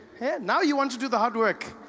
hey, now you want to do the hard work.